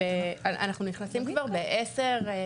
אנחנו נכנסים כבר ב(10)